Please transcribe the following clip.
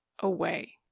away